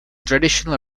traditional